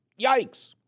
Yikes